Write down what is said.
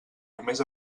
només